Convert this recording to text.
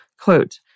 quote